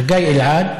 חגי אלעד